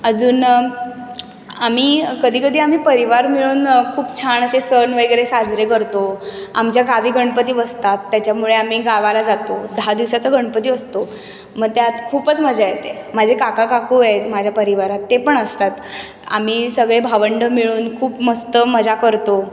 अजून आम्ही कधी कधी आम्ही परिवार मिळून खूप छान असे सण वगैरे साजरे करतो आमच्या गावी गणपती बसतात त्याच्यामुळे आम्ही गावाला जातो दहा दिवसाचा गणपती असतो मग त्यात खूपच मजा येते माझे काका काकू आहेत माझ्या परिवारात ते पण असतात आम्ही सगळे भावंडं मिळून खूप मस्त मजा करतो